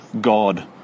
God